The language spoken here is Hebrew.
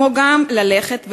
כמו גם ללכת ולהיבדק.